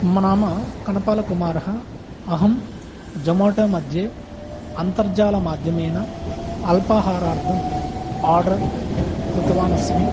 मम नाम कनपलकुमारः अहं जमाटो मध्ये अन्तर्जालमाध्यमेन अल्पाहारार्थम् आर्डर् कृतवान् अस्मि